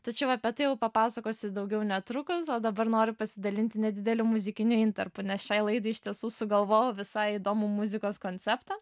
tačiau apie tai jau papasakosiu daugiau netrukus o dabar noriu pasidalinti nedideliu muzikiniu intarpu nes šiai laidai iš tiesų sugalvojau visai įdomų muzikos konceptą